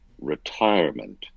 retirement